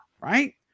Right